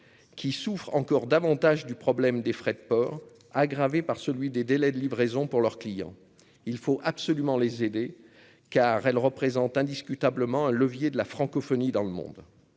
qui souffre encore davantage du problème des frais de port, aggravée par celui des délais de livraison pour leurs clients, il faut absolument les aider car elle représente indiscutablement un levier de la francophonie dans le monde,